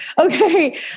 Okay